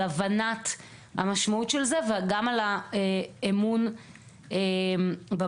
על הבנת המשמעות של זה ועל האמון במערכת.